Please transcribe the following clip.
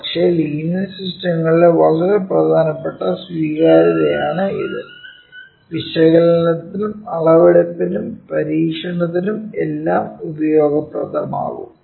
പക്ഷേ ലീനിയർ സിസ്റ്റങ്ങളുടെ വളരെ പ്രധാനപ്പെട്ട സ്വീകാര്യതയാണ് ഇത് വിശകലനത്തിനും അളവെടുപ്പിനും പരീക്ഷണത്തിനും എല്ലാം ഉപയോഗപ്രദമാകും